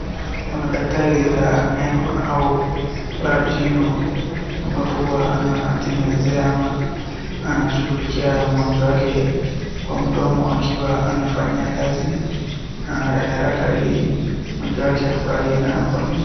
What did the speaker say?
Kuna daktari la meno au la jino ambapo anategenezea ama anashughulikia mgonjwa wake kwa mdomo akiwa anafanya kazi na haraka haraka ili mgonjwa wake afurahie na apone vizuri.